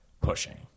pushing